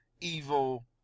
evil